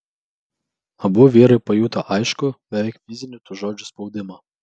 abu vyrai pajuto aiškų beveik fizinį tų žodžių spaudimą